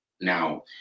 Now